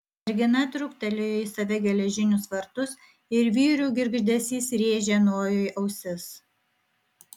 mergina truktelėjo į save geležinius vartus ir vyrių girgždesys rėžė nojui ausis